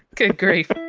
good grief